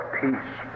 peace